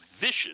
vicious